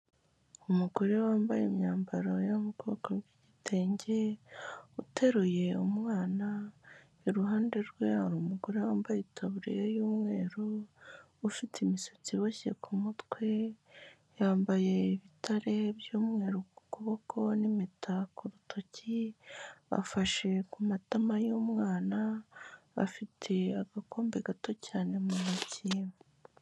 Umugore wambaye imyambaro yo mu bwoko bw'igitenge uteruye umwana, iruhande rwe hari umugore wambaye itaburiye y'umweru, ufite imisatsi iboshye ku mutwe, yambaye ibitare by'umweru ku kuboko n'impeta ku rutoki, afashe ku matama y'umwana, afite agakombe gato cyane mu ntoki.